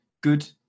good